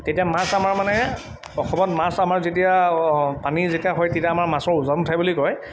তেতিয়া মাছ আমাৰ মানে অসমত মাছ আমাৰ যেতিয়া পানী যেতিয়া হয় তেতিয়া আমাৰ মাছৰ উজান উঠে বুলি কয়